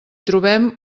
trobem